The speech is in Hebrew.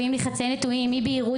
ומביאים לי חצאי נתונים ואי-בהירות.